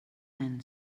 men